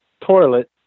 toilet